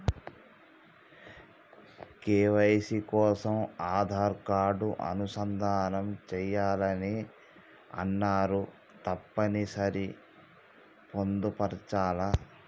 KYC కోసం Aadhaar card అనుసంధానం చేయాలని అన్నరు తప్పని సరి పొందుపరచాలా?